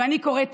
ואני קוראת